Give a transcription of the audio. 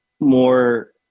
more